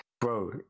Bro